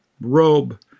robe